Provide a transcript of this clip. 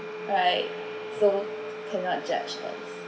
right so cannot judge first